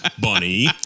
bunny